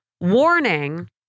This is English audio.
warning